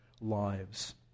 lives